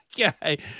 Okay